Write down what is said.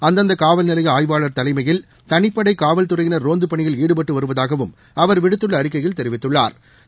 அந்தந்தகாவல்நிலையஆய்வாள் தலைமையில் தனிப்படைகாவல் துறையின் ரோந்துபணியில் ஈடுபட்டுவருவதாகவும் அவா் விடுத்துள்ளஅறிக்கையில் தெரிவித்துள்ளாா்